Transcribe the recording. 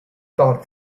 thought